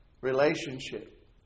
relationship